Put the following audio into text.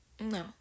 No